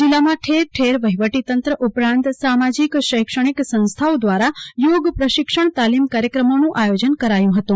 જિલ્લામાં ઠેરઠેર વહીવટી તંત્ર ઉપરાંત સામાજીક શૈક્ષણિક સંસ્થાઓ દવારા યોગ પ્રશિક્ષણ તાલિમ કાર્યક્રમોનું આયોજન કરાયું હતું